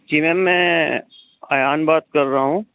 जी ma'am मैं अयान बात कर रहा हूँ